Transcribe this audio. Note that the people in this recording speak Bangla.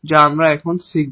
যা আমরা এখন শিখব